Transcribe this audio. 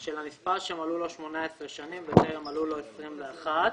של הנספה שמלאו לו 18 שנים וטרם מלאו לו 21 שנים.